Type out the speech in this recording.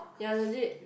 ya legit